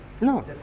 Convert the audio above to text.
No